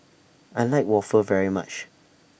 I like Waffle very much